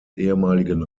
ehemaligen